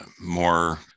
more